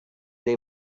they